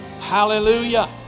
Hallelujah